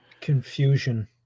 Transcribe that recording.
Confusion